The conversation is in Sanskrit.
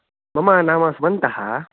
मम नाम सुमन्तः